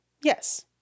Yes